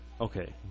okay